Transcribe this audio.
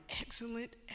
excellent